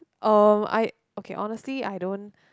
um I okay honestly I don't